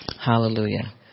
Hallelujah